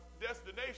destination